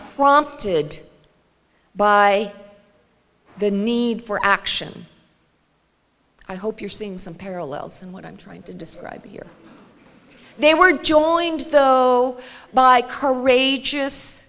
prompted by the need for action i hope you're seeing some parallels in what i'm trying to describe here they were joined though by courage